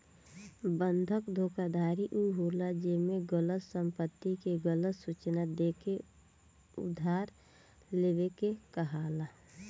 बंधक धोखाधड़ी उ होला जेमे गलत संपत्ति के गलत सूचना देके उधार लेवे के कहाला